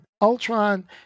Ultron